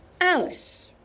Alice